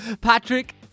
Patrick